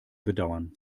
bedauern